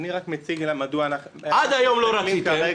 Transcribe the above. עד היום לא רציתם.